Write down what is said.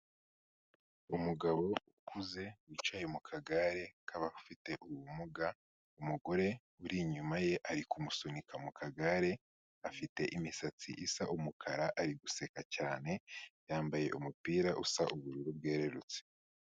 Umugabo ukuze wicaye mu kagare k'abafite ubumuga, umugore uri inyuma ye ari kumusunika mu kagare afite imisatsi isa umukara ari guseka cyane, yambaye umupira usa ubururu bwerurutse.